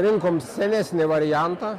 rinkom senesnį variantą